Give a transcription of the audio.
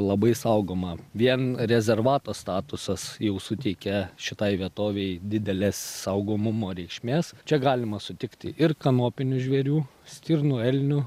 labai saugoma vien rezervato statusas jau suteikia šitai vietovei didelės saugomumo reikšmės čia galima sutikti ir kanopinių žvėrių stirnų elnių